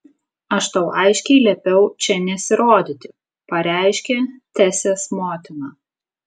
aš tau aiškiai liepiau čia nesirodyti pareiškė tesės motina